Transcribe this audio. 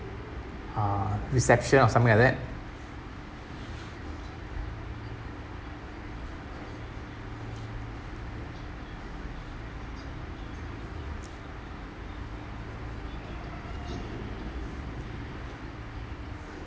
uh reception or something like that